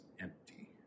empty